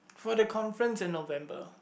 for the conference in November